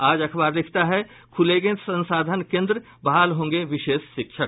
आज अखबार लिखता है खुलेंगे संसाधन केन्द्र बहाल होंगे विशेष शिक्षक